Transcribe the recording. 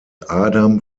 adam